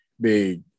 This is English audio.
big